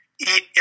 eat